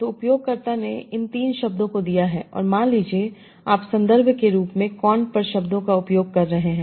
तो उपयोगकर्ता ने इन 3 शब्दों को दिया है और मान लीजिए आप संदर्भ के रूप में con पर शब्दों का उपयोग कर रहे हैं